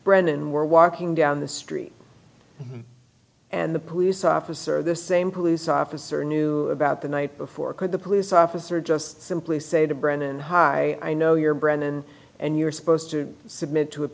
brennan were walking down the street and the police officer this same police officer knew about the night before could the police officer just simply say to brennan hi no you're brennan and you're supposed to submit to a